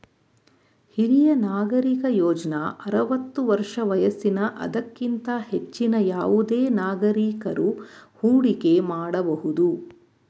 ಹಿರಿಯ ನಾಗರಿಕ ಯೋಜ್ನ ಆರವತ್ತು ವರ್ಷ ವಯಸ್ಸಿನ ಅದಕ್ಕಿಂತ ಹೆಚ್ಚಿನ ಯಾವುದೆ ನಾಗರಿಕಕರು ಹೂಡಿಕೆ ಮಾಡಬಹುದು